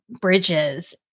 Bridges